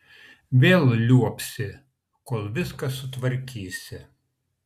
vėl liuobsi kol viską sutvarkysi